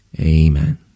amen